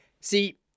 See